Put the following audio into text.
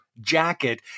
jacket